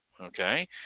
Okay